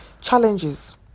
Challenges